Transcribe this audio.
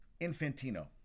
Infantino